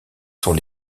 sont